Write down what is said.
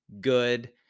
good